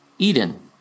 Eden